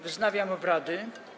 Wznawiam obrady.